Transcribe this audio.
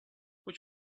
what